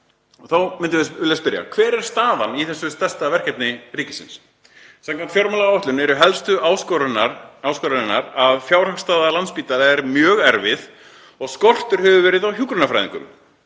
Þá myndi ég vilja spyrja: Hver er staðan í þessu stærsta verkefni ríkisins? Samkvæmt fjármálaáætlun eru helstu áskoranirnar að fjárhagsstaða Landspítala er mjög erfið og skortur hefur verið á hjúkrunarfræðingum.